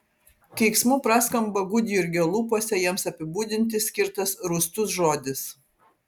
keiksmu praskamba gudjurgio lūpose jiems apibūdinti skirtas rūstus žodis